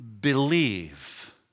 Believe